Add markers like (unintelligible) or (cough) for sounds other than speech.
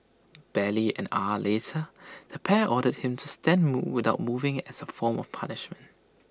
barely an hour later the pair ordered him to stand (unintelligible) without moving as A form of punishment